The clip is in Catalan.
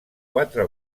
quatre